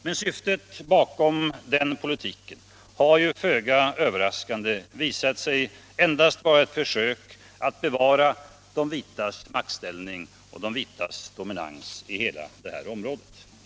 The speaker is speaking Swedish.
Men syftet bakom den politiken har föga överraskande visat sig bara vara att söka bevara de vitas maktställning och dominans i hela området.